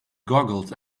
goggles